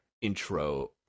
intro